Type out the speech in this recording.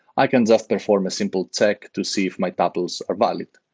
i can just perform a simple check to see if my topple are valid.